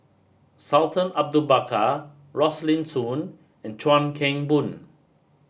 Sultan Abu Bakar Rosaline Soon and Chuan Keng Boon